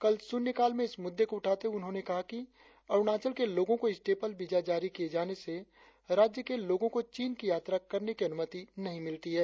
कल शून्यकाल में इस मुद्दे को उठाते हुए उन्होंने कहा कि अरुणाचल के लोगों को स्टेपल वीजा जारी किए जाने से राज्य के लोगों को चीन की यात्रा करने की अनुमति नहीं मिलती है